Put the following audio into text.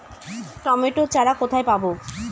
Tomato চারা কোথায় পাবো?